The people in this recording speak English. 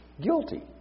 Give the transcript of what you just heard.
Guilty